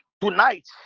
tonight